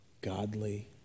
godly